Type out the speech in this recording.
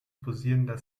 posierender